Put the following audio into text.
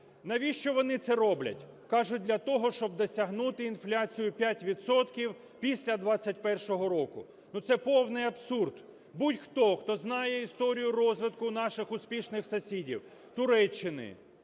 Навіщо вони це роблять? Кажуть, для того, щоб досягнути інфляцію 5 відсотків після 21-го року. Ну, це повний абсурд. Будь-хто, хто знає історію розвитку наших успішних сусідів: Туреччини,